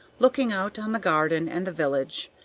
looking out on the garden and the village,